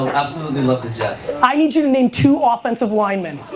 absolutely love the jets. i need you to name two ah offensive linemen.